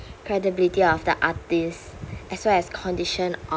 credibility of the artists as well as condition